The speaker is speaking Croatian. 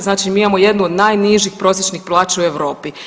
Znači mi imamo jednu od najnižih prosječnih plaća u Europi.